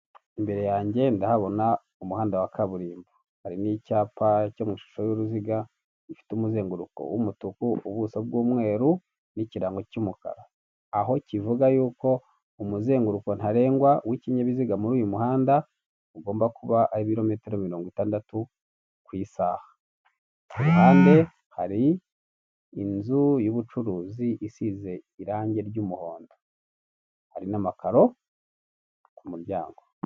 Imbere yanjye ndahabona umuhanda wa kaburimbo harimo n'icyapa cyo mu ishusho y'uruziga gifite umuzenguruko w'umutuku, ubuso bw'umweru n'ikirago cy'umukara, aho kivuga yuko umuzenguruko ntarengwa w'ikinyabiziga muri uyu muhanda ugomba kuba ari ibirometero mirongo itandatu ku isaha, ku ruhande hari inzu y'ubucuruzi isize irange ry'umuhondo hari n'amakaro ku muryango.